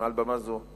מעל במה זו,